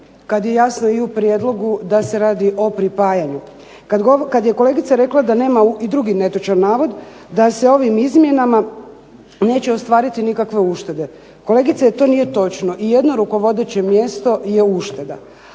kad je jasno i u prijedlogu da se radi o pripajanju. Kad je kolegica rekla da nema i drugi netočan navod, da se ovim izmjenama neće ostvariti nikakve uštede. Kolegice to nije točno. I jedno rukovodeće mjesto je ušteda,